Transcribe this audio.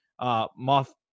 Moth